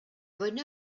bonne